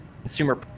consumer